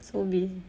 so busy